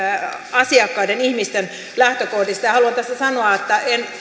asiakkaiden ihmisten lähtökohdista haluan tässä sanoa että en